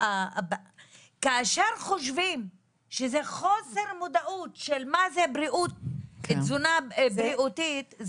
כאשר חושבים שזה חוסר מודעות של מה זה תזונה בריאותית,